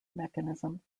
mechanism